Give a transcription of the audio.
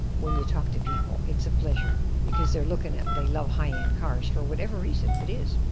when you talk to people it's a pleasure, because they're looking at, they love high end cars for whatever reason it is.